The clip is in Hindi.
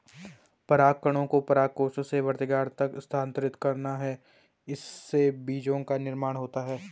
परागकणों को परागकोश से वर्तिकाग्र तक स्थानांतरित करना है, इससे बीजो का निर्माण होता है